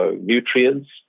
nutrients